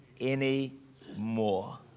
anymore